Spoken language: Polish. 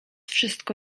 wszystko